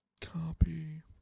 Copy